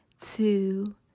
two